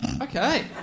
Okay